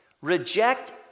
reject